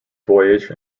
voyage